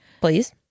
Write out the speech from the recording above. Please